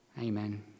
Amen